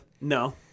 No